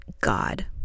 God